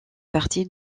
partie